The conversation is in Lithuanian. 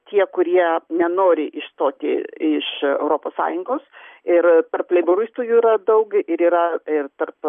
tie kurie nenori išstoti iš europos sąjungos ir tarp leiboristų jų yra daug ir yra ir tarp